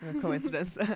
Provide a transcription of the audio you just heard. Coincidence